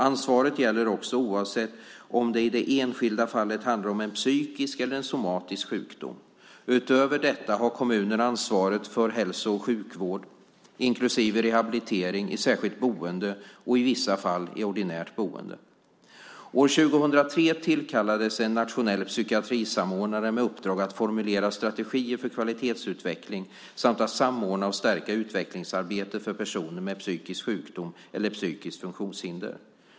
Ansvaret gäller också oavsett om det i det enskilda fallet handlar om en psykisk eller en somatisk sjukdom. Utöver detta har kommunen ansvaret för hälso och sjukvård, inklusive rehabilitering, i särskilt boende och i vissa fall i ordinärt boende. År 2003 tillkallades en nationell psykiatrisamordnare med uppdrag att formulera strategier för kvalitetsutveckling samt att samordna och stärka utvecklingsarbetet för personer med psykisk sjukdom eller psykiskt funktionshinder.